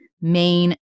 main